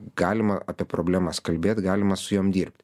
galima apie problemas kalbėt galima su jom dirbt